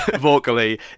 vocally